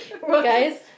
guys